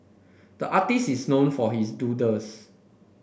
the artist is known for his doodles